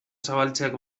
zabaltzeak